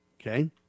Okay